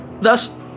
Thus